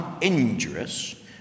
injurious